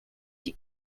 die